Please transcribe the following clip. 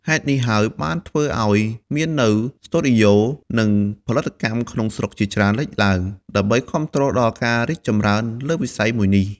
ហេតុនេះហើយបានធ្វើអោយមាននូវ ស្ទូឌីយោ និងផលិតកម្មក្នុងស្រុកជាច្រើនលេចឡើង ដើម្បីគាំទ្រដល់ការរីកចម្រើនលើវិស័យមួយនេះ។